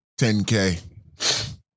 10K